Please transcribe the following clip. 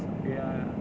stupid lah